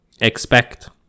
expect